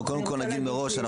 קודם כול נגיד מראש בפתיחת הדיון,